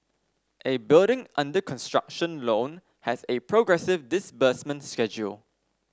a building under construction loan has a progressive disbursement schedule